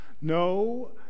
no